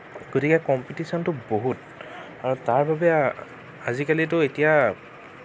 গতিকে কম্পিটিশ্যনটো বহুত তাৰবাবে আজিকালিটো এতিয়া